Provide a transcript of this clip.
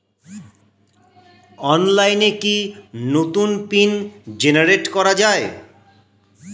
অনলাইনে কি নতুন পিন জেনারেট করা যায়?